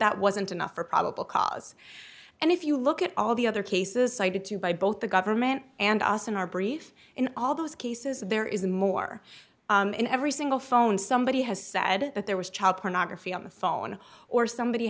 that wasn't enough for probable cause and if you look at all the other cases cited to by both the government and us in our brief in all those cases there is more in every single phone somebody has said that there was child pornography on the phone or somebody